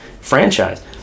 franchise